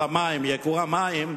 ייקור המים,